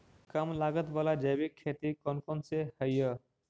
कम लागत वाला जैविक खेती कौन कौन से हईय्य?